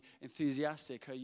enthusiastic